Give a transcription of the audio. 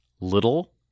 little